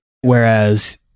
Whereas